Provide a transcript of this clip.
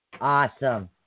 awesome